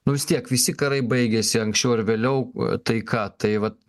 nu vis tiek visi karai baigiasi anksčiau ar vėliau taika tai va